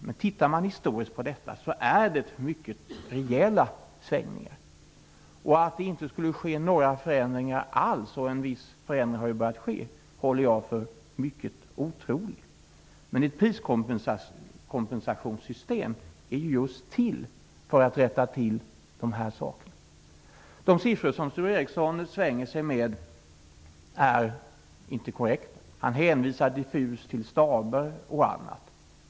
Men tittar man historiskt på detta ser man att det är mycket rejäla svängningar. Att det inte skulle ske några förändringar alls håller jag för mycket otroligt. En viss förändring har ju börjat ske. Men ett priskompensationssystem är just till för att rätta till de här sakerna. De siffror som Sture Ericson svänger sig med är inte korrekta. Han hänvisar diffust till staber och annat.